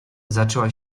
zaczęła